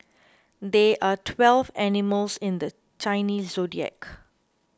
there are twelve animals in the Chinese zodiac